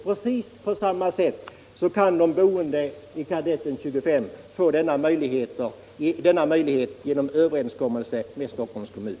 På samma sätt kan de boende i Kadetten 25 diskutera denna upplåtelseform med Stockholms kommun.